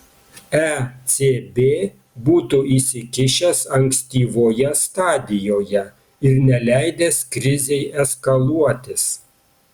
ecb būtų įsikišęs ankstyvoje stadijoje ir neleidęs krizei eskaluotis